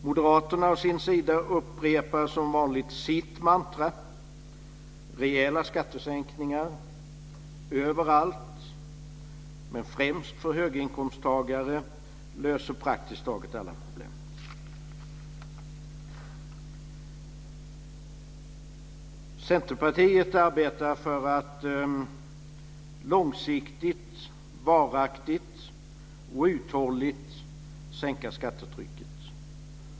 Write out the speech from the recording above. Moderaterna å sin sida upprepar som vanligt sitt mantra: Rejäla skattesänkningar överallt, främst för höginkomsttagare, löser praktiskt taget alla problem. Centerpartiet arbetar för att långsiktigt, varaktigt och uthålligt sänka skattetrycket.